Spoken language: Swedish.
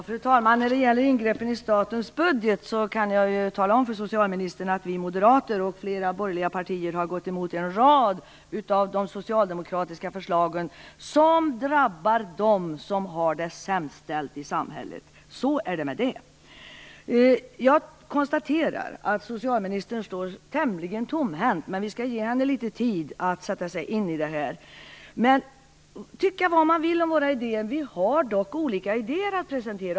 Fru talman! När det gäller ingreppen i statens budget kan jag tala om för socialministern att vi moderater och flera borgerliga partier har gått emot en rad av de socialdemokratiska förslag som drabbar de som har det sämst ställt i samhället. Så är det med det. Jag konstaterar att socialministern står tämligen tomhänt, men vi skall ge henne litet tid att sätta sig in i det här. Man kan tycka vad man vill om våra idéer. Vi har dock olika idéer att presentera.